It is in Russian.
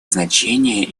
значение